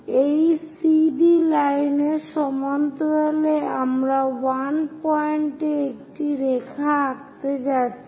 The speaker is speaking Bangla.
এই CD লাইনের সমান্তরালে আমরা 1 পয়েন্টে একটি রেখা আঁকতে যাচ্ছি